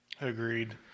agreed